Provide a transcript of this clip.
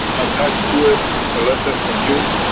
attach to it a letter from you.